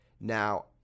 Now